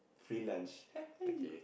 freelance